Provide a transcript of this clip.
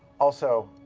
also,